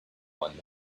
one